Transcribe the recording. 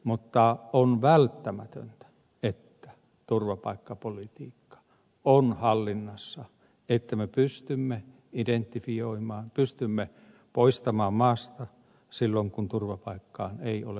mutta on välttämätöntä että turvapaikkapolitiikka on hallinnassa että me pystymme identifioimaan pystymme poistamaan maasta silloin kun turvapaikkaan ei ole mahdollisuutta ja niin edelleen